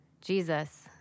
Jesus